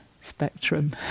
spectrum